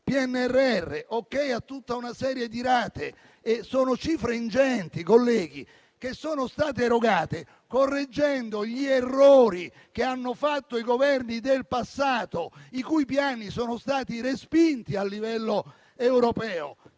PNRR, ok a tutta una serie di rate. Sono cifre ingenti che sono state erogate correggendo gli errori fatti dai Governi del passato, i cui piani sono stati respinti a livello europeo.